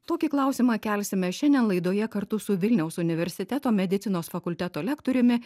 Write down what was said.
tokį klausimą kelsime šiandien laidoje kartu su vilniaus universiteto medicinos fakulteto lektoriumi